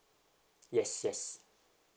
yes yes